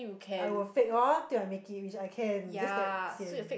I will fake orh till I make it which I can just that sian